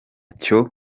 cyo